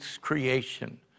creation